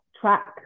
track